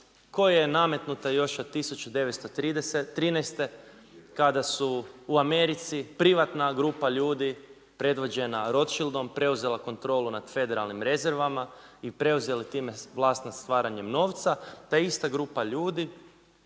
koja je nametnuta još od 1913. kada su u Americi privatna grupa ljudi predvođena Rothschildom preuzela kontrolu nad federalnim rezervama i preuzeli time vlast nad stvaranjem novca, ta ista grupa ljudi